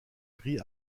gris